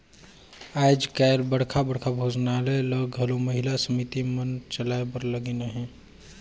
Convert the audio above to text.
आएज काएल बड़खा बड़खा भोजनालय ल घलो महिला समिति मन चलाए बर लगिन अहें